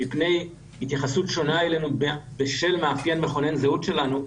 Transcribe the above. מפני התייחסות שונה אלינו בשל מאפיין מכונן זהות שלנו,